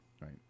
Right